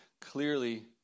clearly